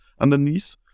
underneath